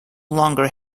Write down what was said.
longer